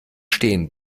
stehen